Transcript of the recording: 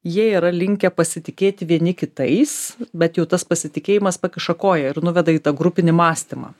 jie yra linkę pasitikėti vieni kitais bet jau tas pasitikėjimas pakiša koją ir nuveda į tą grupinį mąstymą